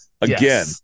again